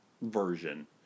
version